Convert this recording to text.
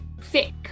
thick